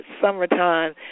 summertime